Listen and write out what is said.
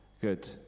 Good